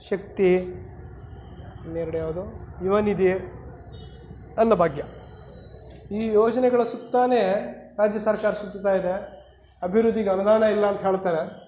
ಶಕ್ತಿ ಇನ್ನೆರಡು ಯಾವುದು ಯುವನಿಧಿ ಅನ್ನಭಾಗ್ಯ ಈ ಯೋಜನೆಗಳ ಸುತ್ತನೇ ರಾಜ್ಯ ಸರ್ಕಾರ ಸುತ್ತುತ್ತಾ ಇದೆ ಅಭಿವೃದ್ಧಿಗೆ ಅನುದಾನ ಇಲ್ಲ ಅಂತ ಹೇಳ್ತಾರೆ